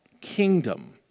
kingdom